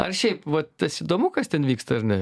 ar šiaip va tas įdomu kas ten vyksta ar ne